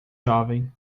jovem